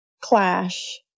clash